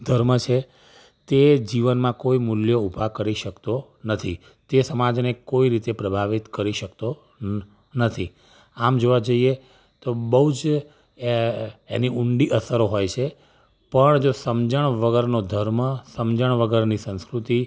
ધર્મ છે તે જીવનમાં કોઈ મૂલ્ય ઉભા કરી શકતો નથી તે સમાજને કોઈ રીતે પ્રભાવિત કરી શકતો ન નથી આમ જોવા જઈએ તો બહુ જ એ એની ઊંડી અસરો હોય છે પણ જો સમજણ વગરનો ધર્મ સમજણ વગરની સંસ્કૃતિ